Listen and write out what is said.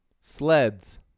sleds